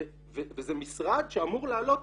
וזה משרד שאמור לעלות,